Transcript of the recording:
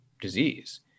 disease